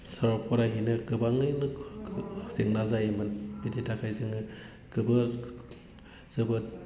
फरायहैनो गोबांयैनो जेंना जायोमोन बेनि थाखाय जोङो जोबोद